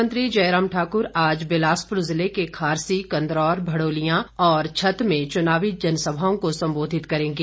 मुख्यमंत्री जयराम ठाकुर आज बिलासपुर जिले के खारसी कन्दौर भडोलियां और छत में चुनावी जनसभाओं को संबोधित करेंगे